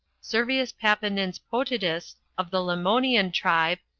servius papinins potitus of the lemonian tribe,